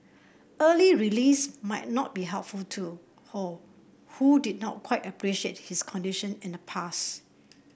early release might not be helpful to Ho who did not quite appreciate his condition in the past